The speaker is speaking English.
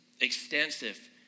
extensive